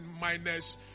minus